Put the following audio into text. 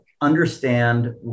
understand